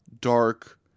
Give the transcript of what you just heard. dark